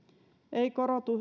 ei